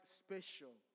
special